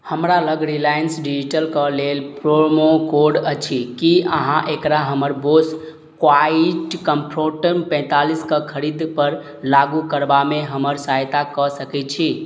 हमरा लग रिलायन्स डिजिटलके लेल प्रोमो कोड अछि कि अहाँ एकरा हमर बोस क्वाइट कम्फर्ट पैँतालिसके खरिदपर लागू करबामे हमर सहायता कऽ सकै छी